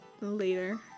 later